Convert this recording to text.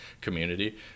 community